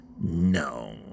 No